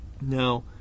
Now